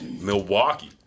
Milwaukee